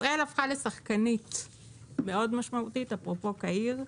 ישראל הפכה לשחקנית מאוד משמעותית, אפרופו קהיר,